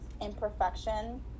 imperfection